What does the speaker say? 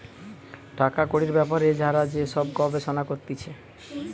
টাকা কড়ির বেপারে যারা যে সব গবেষণা করতিছে